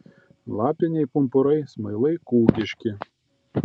lapiniai pumpurai smailai kūgiški